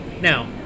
now